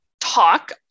talk